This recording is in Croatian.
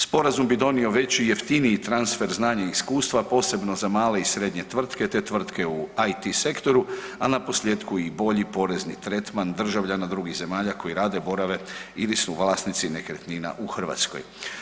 Sporazum bi donio veći i jeftiniji transfer znanja i iskustva posebno za male i srednje tvrtke te tvrtke u IT sektoru, a naposljetku i bolji porezni tretman državljana drugih zemalja koji rade, borave ili su vlasnici nekretnina u Hrvatskoj.